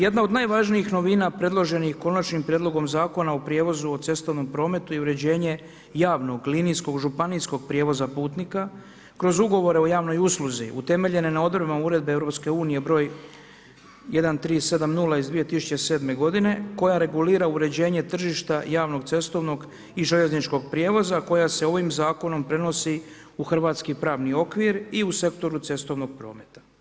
Jedna od najvažnijih novina predloženih konačnim prijedlogom Zakona o prijevozu o cestovnom prometu je uređenje javnog linijskog županijskog prijevoza putnika kroz ugovore o javnoj usluzi utemeljene na odredbama Uredbe EU-a br. 1370/2007 koja regulira uređenja tržišta, javnog cestovnog i željezničkog prijevoza koje se ovim zakonom prenosi u hrvatski pravni okvir i u sektoru cestovnog prometa.